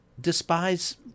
despise